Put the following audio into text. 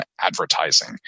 advertising